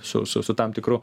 su su su tam tikru